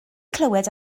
clywed